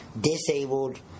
disabled